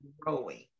growing